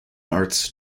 arts